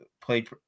played –